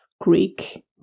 Greek